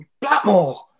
Blackmore